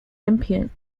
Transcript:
olympic